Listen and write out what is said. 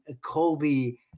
Colby